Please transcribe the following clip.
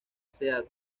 sea